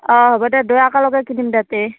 অঁ হ'ব দে দয়ো একলগে কিনিম দে তাতে